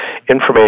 information